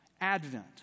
Advent